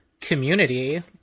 community